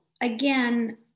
again